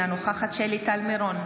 אינה נוכחת שלי טל מירון,